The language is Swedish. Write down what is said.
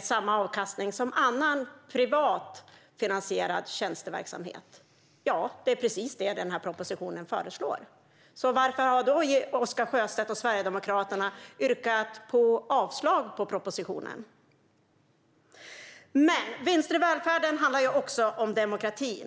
samma avkastning som annan privat finansierad tjänsteverksamhet. Ja, det är precis det denna proposition föreslår. Varför yrkar då Oscar Sjöstedt och Sverigedemokraterna avslag på propositionen? Vinster i välfärden handlar också om demokratin.